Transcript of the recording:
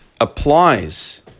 applies